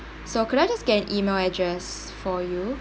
so could I just get email address for you